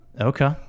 Okay